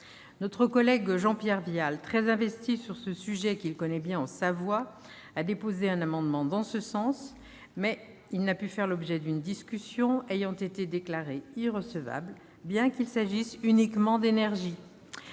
Notre collègue Jean-Pierre Vial, très investi sur ce sujet qu'il connaît bien en Savoie, a déposé un amendement en ce sens, mais il ne pourra faire l'objet d'une discussion ayant été déclaré irrecevable, bien qu'il s'agisse uniquement d'énergie